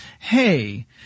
hey